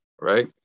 right